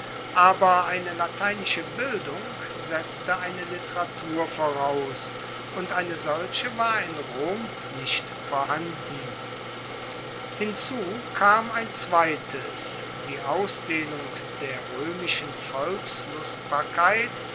aber eine lateinische bildung setzte eine literatur voraus und eine solche war in rom nicht vorhanden hierzu kam ein zweites die ausdehnung der roemischen